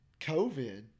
COVID